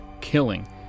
killing